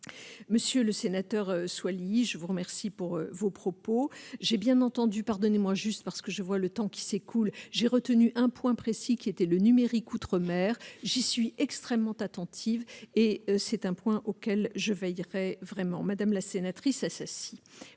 monsieur le sénateur Soilihi, je vous remercie pour vos propos, j'ai bien entendu pardonnez-moi juste parce que je vois le temps qui s'écoule, j'ai retenu un point précis qui était le numérique Outre-mer je suis extrêmement attentive et c'est un point auquel je veillerai vraiment madame la sénatrice à-ci